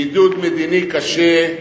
בידוד מדיני קשה,